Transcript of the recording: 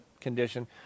condition